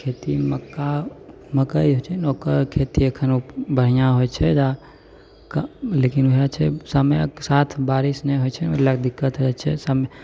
खेतीमे मक्का मकै होइत छै ने मकै के खेती एखनि बढ़िआँ होइ छै ओएह लेकिन ओएह छै समयके साथ बारिश नहि होइत छै ओहि लैके दिक्कत होइत छै समय